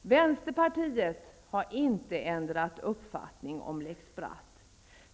Vänsterpartiet har inte ändrat uppfattning om lex Bratt.